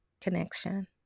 connection